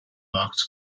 markt